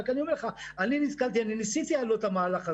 אני רק אומר לך שניסיתי כבר את המהלך הזה,